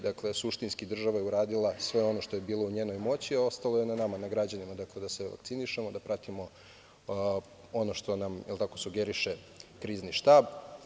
Dakle, suštinski, država je uradila sve ono što je bilo u njenoj moći, a ostalo je na nama, građanima, da se vakcinišemo, da pratimo ono što nam sugeriše krizni štab.